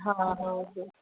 ಹಾಂ ಹೌದು